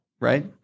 Right